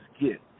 get